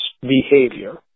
behavior